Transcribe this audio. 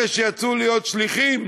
אלה שיצאו להיות שליחים